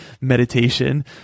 meditation